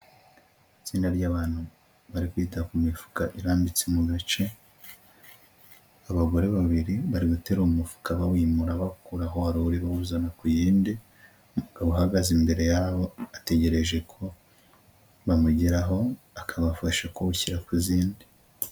Itsinda ry'abantu bari kwita ku mifuka irambitse mu gace, abagore babiri bari guterura umufuka bawimura bawukura aho wari uri bawuzana ku yindi, umugabo uhagaze imbere yabo ategereje ko bamugeraho akabafasha kuwushyira ku zindi.